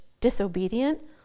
disobedient